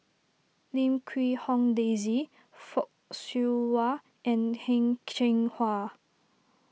Lim Quee Hong Daisy Fock Siew Wah and Heng Cheng Hwa